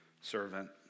servant